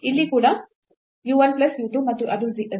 ಇಲ್ಲಿ ಕೂಡ u 1 plus u 2 ಮತ್ತು ಅದು z